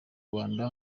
rwanda